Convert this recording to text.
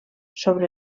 sobre